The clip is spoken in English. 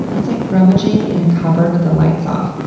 it's like rummaging in a cupboard with the lights off.